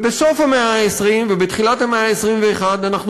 ובסוף המאה ה-20 ובתחילת המאה ה-21 אנחנו